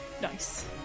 Nice